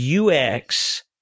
UX